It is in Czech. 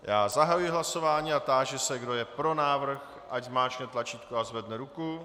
Já zahajuji hlasování a táži se, kdo je pro návrh, ať zmáčkne tlačítko a zvedne ruku.